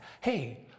hey